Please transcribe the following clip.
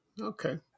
okay